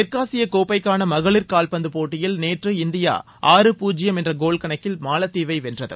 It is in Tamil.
தெற்காசிய கோப்பைக்கான மகளிர் கால்பந்து போட்டியில் நேற்று இந்தியா ஆறுக்கு பூஜ்ஜியம் என்ற கோல் கணக்கில் மாலத்தீவை வென்றது